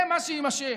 זה מה שיימשך,